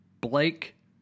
Blake